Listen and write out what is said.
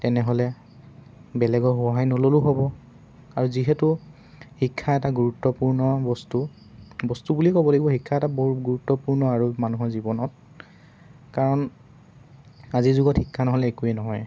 তেনেহ'লে বেলেগক সহায় নল'লেও হ'ব আৰু যিহেতু শিক্ষা এটা গুৰুত্বপূৰ্ণ বস্তু বস্তু বুলিয়ে ক'ব লাগিব শিক্ষা এটা বৰ গুৰুত্বপূৰ্ণ আৰু মানুহৰ জীৱনত কাৰণ আজিৰ যুগত শিক্ষা নহ'লে একোৱেই নহয়